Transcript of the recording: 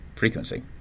frequency